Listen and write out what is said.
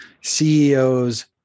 CEOs